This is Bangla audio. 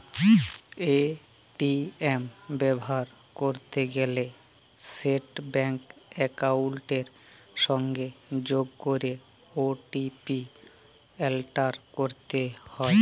এ.টি.এম ব্যাভার ক্যরতে গ্যালে সেট ব্যাংক একাউলটের সংগে যগ ক্যরে ও.টি.পি এলটার ক্যরতে হ্যয়